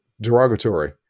derogatory